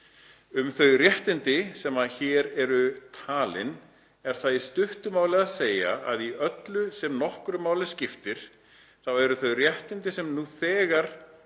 „Um þau réttindi, sem hér eru talin, er það í stuttu máli að segja að í öllu því sem nokkru máli skiptir, þá eru þau réttindi nú þegar